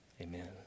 amen